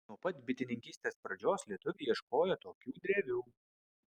nuo pat bitininkystės pradžios lietuviai ieškojo tokių drevių